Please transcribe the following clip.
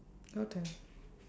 your turn